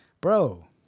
Bro